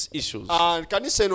issues